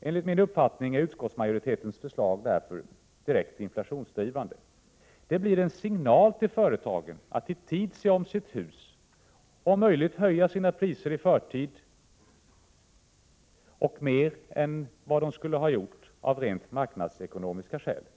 Enligt min uppfattning är utskottsmajoritetens förslag direkt inflationsdrivande. Det blir en signal till företagen att i tid se om sitt hus och om möjligt höja sina priser i förtid och mer än vad de av rent marknadsmässiga skäl skulle ha gjort.